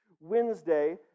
Wednesday